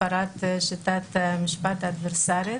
הפרת שיטת משפט אדוורסרית,